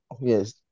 yes